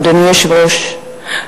אדוני היושב-ראש,